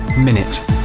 Minute